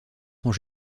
sont